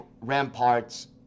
Ramparts